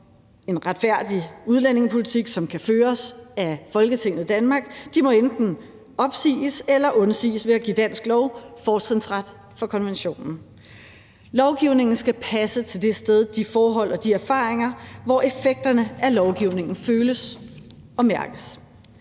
en retfærdig udlændingepolitik, som kan føres af Folketinget i Danmark, må enten opsiges eller undsiges ved at give dansk lov fortrinsret for konventionen. Lovgivningen skal passe til det sted, de forhold og de erfaringer, hvor effekterne af lovgivningen føles og mærkes.